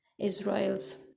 Israel's